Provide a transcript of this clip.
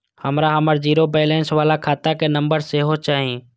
हमरा हमर zero balance बाला खाता के नम्बर सेहो चाही